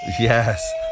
Yes